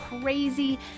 crazy